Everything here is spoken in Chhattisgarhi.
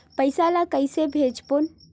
पईसा ला कइसे भेजबोन?